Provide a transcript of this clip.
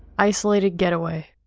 isolated getaway.